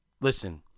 listen